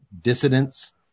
dissidents